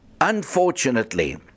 Unfortunately